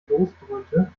losdröhnte